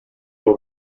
will